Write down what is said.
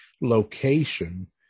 location